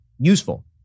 useful